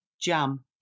jam